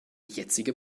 jetzige